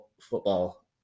football